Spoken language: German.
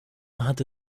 hatte